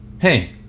Hey